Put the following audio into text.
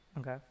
Okay